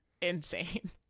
Insane